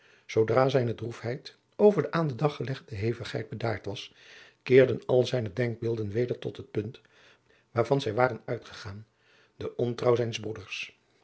zoodra zijne droefheid over de aan den dag gelegde hevigheid bedaard was keerden al zijne denkbeelden weder tot het punt waarvan zij waren uitgegaan de ontrouw zijns broeders